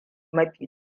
mafi